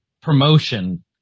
promotion